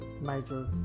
major